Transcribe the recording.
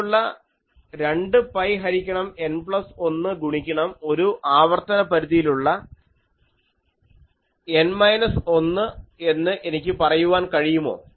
എനിക്കുള്ള 2 പൈ ഹരിക്കണം N plus 1 ഗുണിക്കണം ഒരു ആവർത്തന പരിധിയിലുള്ള N മൈനസ് 1 എന്ന് എനിക്ക് പറയുവാൻ കഴിയുമോ